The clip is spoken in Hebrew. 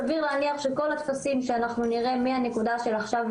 סביר להניח שכול הטפסים שנראה מהנקודה הנוכחית